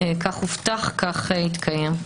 כך הובטח ויתקיים.